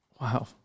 Wow